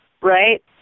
Right